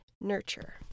Nurture